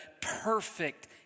perfect